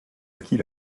acquit